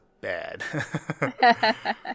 bad